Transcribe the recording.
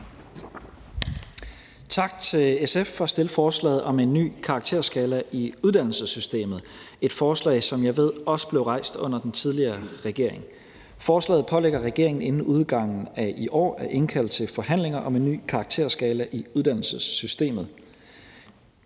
Tak til SF for at fremsætte forslaget om en ny karakterskala i uddannelsessystemet – et forslag, som jeg ved også blev fremsat under den tidligere regering. Forslaget pålægger regeringen inden udgangen af i år at indkalde til forhandlinger om en ny karakterskala i uddannelsessystemet.